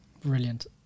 Brilliant